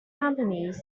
companies